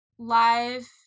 live